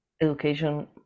education